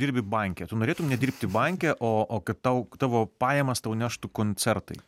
dirbi banke tu norėtum nedirbti banke o kad tau tavo pajamas tau neštų koncertai